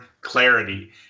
clarity